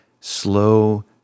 Slow